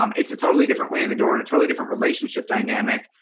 um it's a totally different way in the door in a totally different relationship dynamic.